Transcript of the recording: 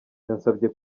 yansabye